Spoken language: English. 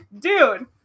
dude